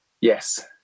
Yes